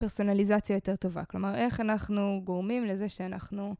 פרסונליזציה יותר טובה, כלומר איך אנחנו גורמים לזה שאנחנו...